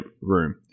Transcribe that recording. Room